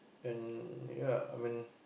and ya when